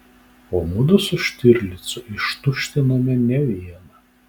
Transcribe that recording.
o mudu su štirlicu ištuštinome ne vieną